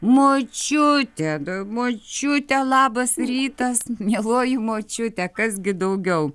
močiutė da močiute labas rytas mieloji močiute kas gi daugiau